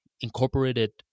incorporated